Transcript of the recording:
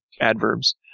adverbs